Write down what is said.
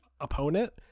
opponent